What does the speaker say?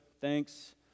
Thanks